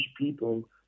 people